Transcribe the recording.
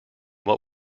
what